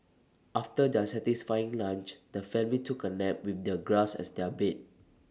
after their satisfying lunch the family took A nap with their grass as their bed